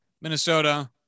Minnesota